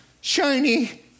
shiny